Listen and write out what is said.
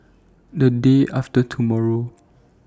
The Day after tomorrow